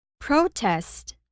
Protest